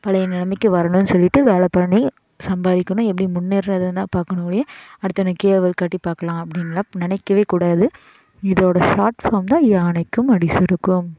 பழைய நிலமைக்கு வரணும்னு சொல்லிட்டு வேலை பண்ணி சம்பாதிக்கணும் எப்படி முன்னேறதுன்னு தான் பார்க்கணும் ஒழிய அடுத்தவன் கேவல் காட்டி பார்க்கலாம் அப்படின்லாம் நினைக்கவே கூடாது இதோடய ஷார்ட் ஃபார்ம் தான் யானைக்கும் அடி சறுக்கும்